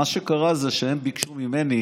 מה שקרה זה שהם ביקשו ממני